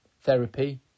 therapy